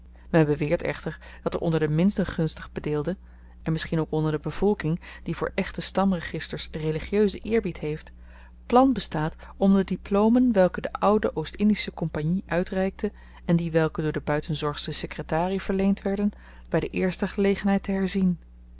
men beweert echter dat er onder de minder gunstig bedeelden en misschien ook onder de bevolking die voor echte stamregisters religieuzen eerbied heeft plan bestaat om de diplomen welke de oude o i kompagnie uitreikte en die welke door de buitenzorgsche sekretarie verleend werden by de eerste gelegenheid te